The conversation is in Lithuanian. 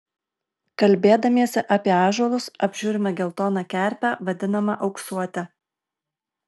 kalbėdamiesi apie ąžuolus apžiūrime geltoną kerpę vadinamą auksuote